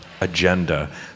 agenda